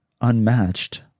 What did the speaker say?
unmatched